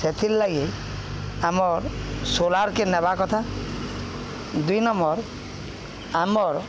ସେଥିର୍ ଲାଗି ଆମର୍ ସୋଲାର୍କେ ନେବା କଥା ଦୁଇ ନମ୍ବର ଆମର୍